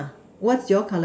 what's your color